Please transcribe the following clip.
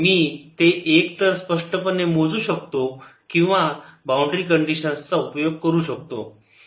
मी ते एक तर स्पष्टपणे मोजू शकतो किंवा बाउंड्री कंडीशन चा उपयोग करू शकतो